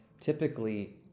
Typically